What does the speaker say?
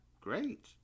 great